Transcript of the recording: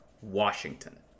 Washington